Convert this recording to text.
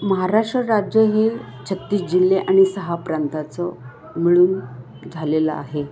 महाराष्ट्र राज्य हे छत्तीस जिल्हे आणि सहा प्रांताचं मिळून झालेलं आहे